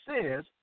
says